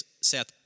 Seth